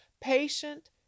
patient